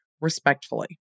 respectfully